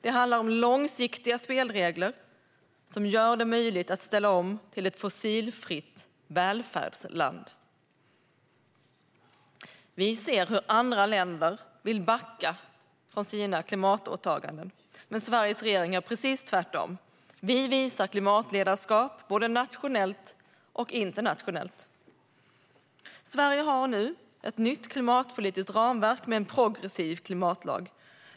Det handlar om långsiktiga spelregler som gör det möjligt att ställa om till ett fossilfritt välfärdsland. Vi ser hur andra länder vill backa från sina klimatåtaganden, men Sveriges regering gör precis tvärtom. Vi visar klimatledarskap både nationellt och internationellt. Sverige har nu ett nytt klimatpolitiskt ramverk med en progressiv klimatlag.